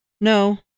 No